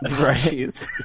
Right